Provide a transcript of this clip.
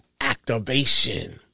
activation